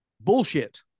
Bullshit